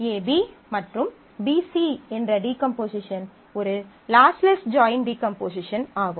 AB மற்றும் BC என்ற decomposition ஒரு லாஸ்லெஸ் ஜாயின் டீகம்போசிஷன் ஆகும்